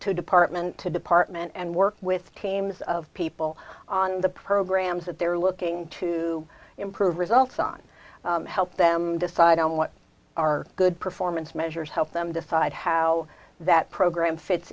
to department to department and work with teams of people on the programs that they're looking to improve results on help them decide on what are good performance measures help them decide how that program fits